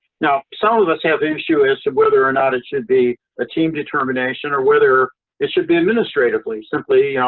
now, some of us have an issue as to whether or not it should be a team determination or whether it should be administratively, simply,